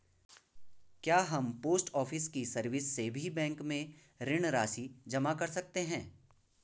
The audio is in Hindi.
क्या हम पोस्ट ऑफिस की सर्विस से भी बैंक में ऋण राशि जमा कर सकते हैं?